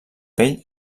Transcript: pell